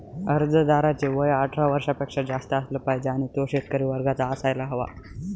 अर्जदाराचे वय अठरा वर्षापेक्षा जास्त असलं पाहिजे आणि तो शेतकरी वर्गाचा असायला हवा